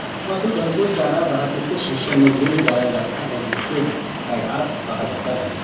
पशुधन को चरागाह के कुछ हिस्सों में ले जाया जाता है जिसे पैडॉक कहा जाता है